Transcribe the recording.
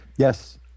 Yes